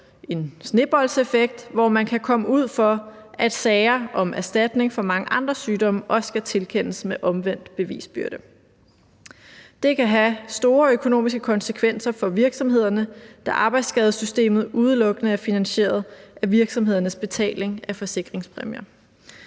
en sneboldeffekt, hvor man kan komme ud for, at sager om erstatning for mange andre sygdomme også skal tilkendes med omvendt bevisbyrde. Det kan have store økonomiske konsekvenser for virksomhederne, da arbejdsskadesystemet udelukkende er finansieret af virksomhedernes betaling af forsikringspræmier.